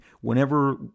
whenever